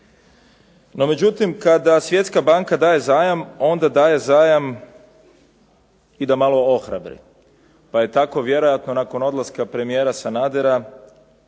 No međutim, kada Svjetska banka daje zajam onda daje zajam i da malo ohrabri pa je tako vjerojatno nakon odlaska premijera Sanadera